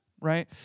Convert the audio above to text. right